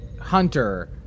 Hunter